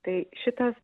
tai šitas